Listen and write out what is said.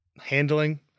handling